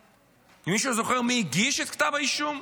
מישהו זוכר מי הגיש את כתב האישום?